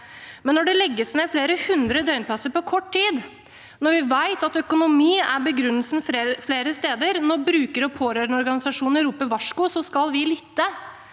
Når det legges ned flere hundre døgnplasser på kort tid, når vi vet at økonomi er begrunnelsen flere steder, og når bruker- og pårørendeorganisasjoner roper varsko, da skal vi lytte.